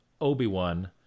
Obi-Wan